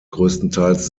größtenteils